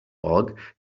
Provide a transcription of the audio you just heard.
bulk